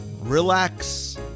relax